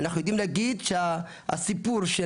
אנחנו יודעים להגיד שהסיפור של